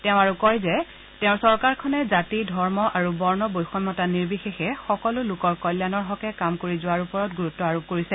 তেওঁ আৰু কয় যে তেওঁৰ চৰকাৰখনে জাতি ধৰ্ম আৰু বৰ্ণ বৈষমতা নিৰ্বিশেষ সকলো লোকৰ কল্যাণৰ হকে কাম কৰি যোৱৰ ওপৰত গুৰুত্ব আৰোপ কৰিছে